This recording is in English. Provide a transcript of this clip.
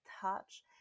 touch